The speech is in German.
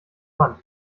wand